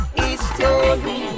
history